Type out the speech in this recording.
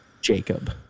Jacob